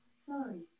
Sorry